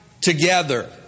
together